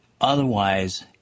Otherwise